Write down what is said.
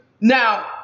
now